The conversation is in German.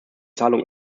zahlung